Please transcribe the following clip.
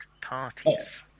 parties